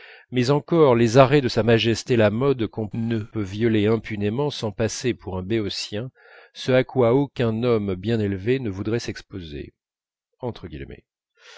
mais encore les arrêts de sa majesté la mode qu'on ne peut violer impunément sans passer pour un béotien ce à quoi aucun homme bien élevé ne voudrait s'exposer